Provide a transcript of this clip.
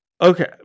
okay